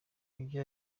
ibyo